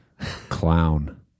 Clown